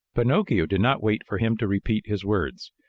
pinocchio did not wait for him to repeat his words.